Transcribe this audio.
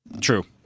True